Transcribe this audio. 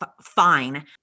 fine